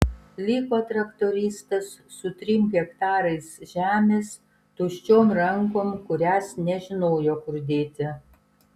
liko traktoristas su trim hektarais žemės tuščiom rankom kurias nežinojo kur dėti